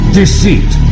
deceit